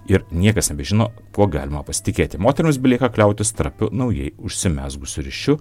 ir niekas nebežino kuo galima pasitikėti moterims belieka kliautis trapiu naujai užsimezgusiu ryšiu